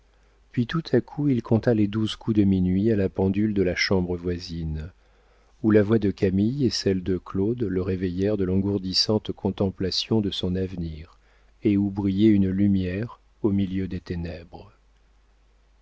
puis tout à coup il compta les douze coups de minuit à la pendule de la chambre voisine où la voix de camille et celle de claude le réveillèrent de l'engourdissante contemplation de son avenir et où brillait une lumière au milieu des ténèbres